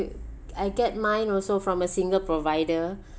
I get mine also from a single provider